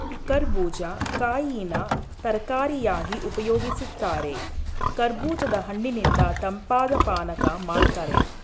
ಕರ್ಬೂಜ ಕಾಯಿನ ತರಕಾರಿಯಾಗಿ ಉಪಯೋಗಿಸ್ತಾರೆ ಕರ್ಬೂಜದ ಹಣ್ಣಿನಿಂದ ತಂಪಾದ್ ಪಾನಕ ಮಾಡ್ತಾರೆ